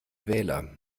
wähler